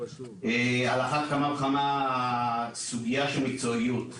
על אחת כמה וכמה הסוגיה של מקצועיות.